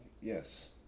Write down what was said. Yes